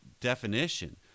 Definition